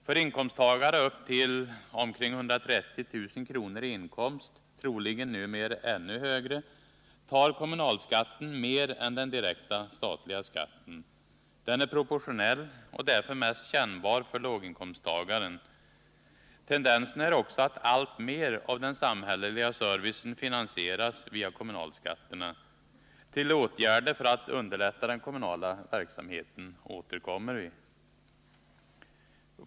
För inkomsttagare med upp till omkring 130 000 kr. i inkomst — troligen numera ännu högre upp — tar kommunalskatten mer än den direkta statliga skatten. Kommunalskatten är proportionell och därför mest kännbar för låginkomsttagaren. Tendensen är också att alltmer av den samhälleliga servicen finansieras via kommunalskatterna. Till åtgärder för att underlätta den kommunala verksamheten återkommer vi.